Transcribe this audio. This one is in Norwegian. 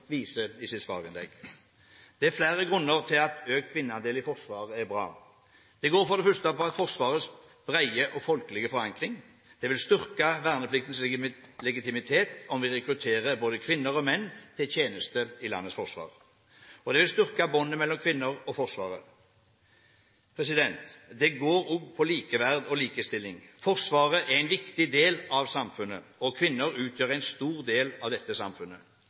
sitt svarinnlegg. Det er flere grunner til at økt kvinneandel i Forsvaret er bra. Det går for det første på Forsvarets brede og folkelige forankring. Det vil styrke vernepliktens legitimitet om vi rekrutterer både kvinner og menn til tjeneste i landets forsvar. Det vil også styrke båndene mellom kvinner og Forsvaret. Det går også på likeverd og likestilling. Forsvaret er en viktig del av samfunnet. Kvinner utgjør en stor del av dette samfunnet,